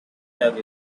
love